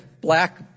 black